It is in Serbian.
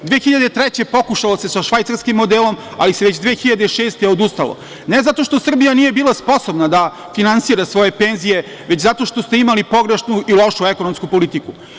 Godine 2003. pokušalo se sa švajcarskim modelom, ali se već 2006. godine odustalo, ne zato što Srbija nije bila sposobna da finansira svoje penzije, već zato što ste imali pogrešnu i lošu ekonomsku politiku.